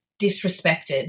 disrespected